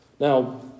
Now